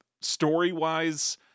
story-wise